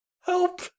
Help